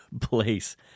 place